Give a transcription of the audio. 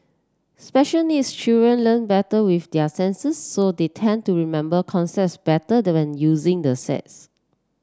special needs children learn better with their senses so they tend to remember concepts better they when using the sets